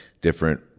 different